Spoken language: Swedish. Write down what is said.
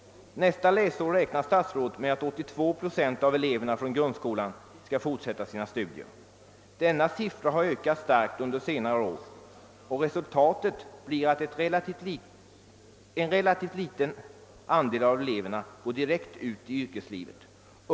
Nästa läsår räknar statsrådet med att 82 procent av eleverna från grundskolan skall fortsätta sina studier. Antalet elever som fortsätter efter grundskolan har under senare år ökat starkt, och resultatet har blivit att en relativt liten andel av eleverna går direkt ut i yrkeslivet.